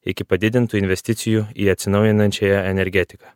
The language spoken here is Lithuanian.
iki padidintų investicijų į atsinaujinančiąją energetiką